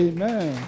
Amen